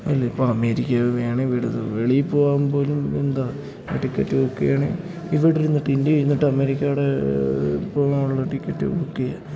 അല്ലേ ഇപ്പം അമേരിക്ക വേണേ അവിടുന്ന് വെളിയിൽ പോകാൻ പോലും എന്താ ടിക്കറ്റ് ബുക്ക് ചെയ്യണേ ഇവിടിരുന്നിട്ടിന്ത്യയിൽ ഇരുന്നിട്ട് അമേരിക്കയുടെ പോകാനുള്ള ടിക്കറ്റ് ബുക്ക് ചെയ്യുക